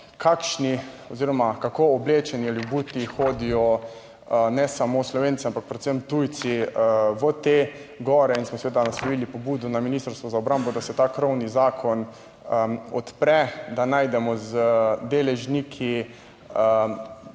kakšni oziroma kako oblečeni ali obuti hodijo ne samo Slovenci, ampak predvsem tujci v te gore. In smo seveda naslovili pobudo na Ministrstvo za obrambo, da se ta krovni zakon odpre, da najdemo z deležniki